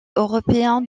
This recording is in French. européen